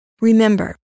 Remember